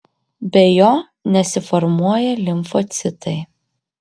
be jo nesiformuoja limfocitai